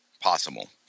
possible